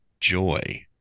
joy